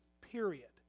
period